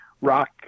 rock